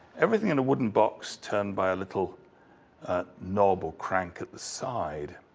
everything in the wooden box turned by a little knob or crank at the side.